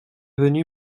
venu